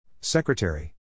Secretary